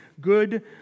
good